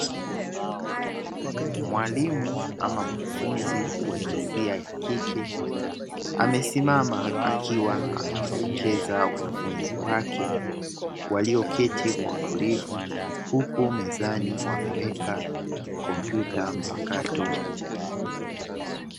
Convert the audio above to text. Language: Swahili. Mwalimu na mkufunzi wa jinsia ya kike, amesimama akiwa anawaelekeza wanafunzi wake, walioketi kwa utulivu, huku mezani wameweka kompyuta mpakato.